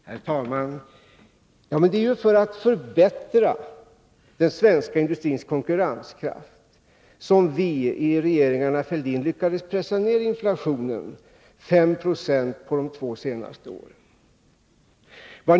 Herr talman! Det var ju för att förbättra den svenska industrins konkurrenskraft som vi i regeringarna Fälldin eftersträvade att, och lyckades, pressa ner inflationen 5 96 på de två senaste åren.